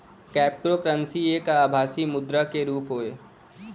cryptocurrency एक आभासी मुद्रा क रुप हौ